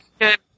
good